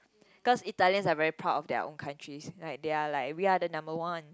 cause Italians are very proud of their own countries like they're like we're the number one